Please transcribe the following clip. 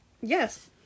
yes